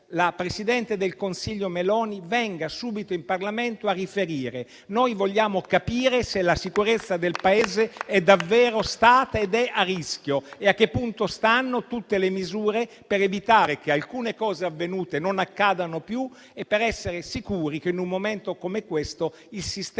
la presidente del Consiglio Meloni venga subito in Parlamento a riferire. Vogliamo capire se la sicurezza del Paese è davvero stata ed è a rischio, a che punto stanno tutte le misure per evitare che alcune cose avvenute non accadano più e per essere sicuri che, in un momento come questo, il sistema